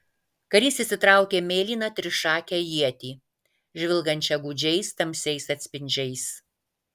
karys išsitraukė mėlyną trišakę ietį žvilgančią gūdžiais tamsiais atspindžiais